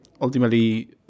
ultimately